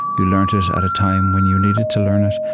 you learned it at a time when you needed to learn it.